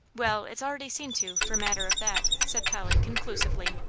well, it's already seen to, for matter of that, said polly conclusively.